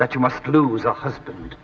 that you must lose a husband